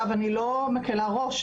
אני לא מקלה ראש,